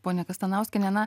ponia kastanauskienė na